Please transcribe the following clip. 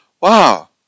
wow